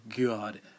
God